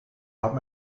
haben